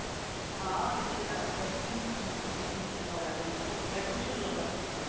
آ ییٚتہِ چھِ پرٛٮ۪تھ کُنہِ قٕسمہٕ قٕسمہٕ کِتاب اٮ۪ویلیبٕل تۄہہِ کَم چھِو ضوٚرَتھ